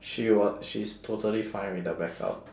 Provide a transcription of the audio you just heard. she wa~ she's totally fine with the backup